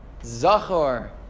Zachor